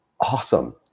awesome